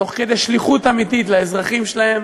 תוך כדי שליחות אמיתית לאזרחים שלהם,